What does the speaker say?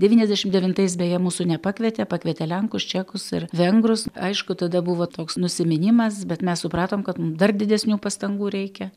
devyniasdešim devintais beje mūsų nepakvietė pakvietė lenkus čekus ir vengrus aišku tada buvo toks nusiminimas bet mes supratom kad mum dar didesnių pastangų reikia